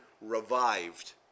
revived